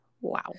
wow